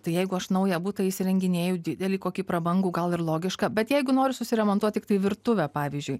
tai jeigu aš naują butą įsirenginėju didelį kokį prabangų gal ir logiška bet jeigu noriu susiremontuoti tiktai virtuvę pavyzdžiui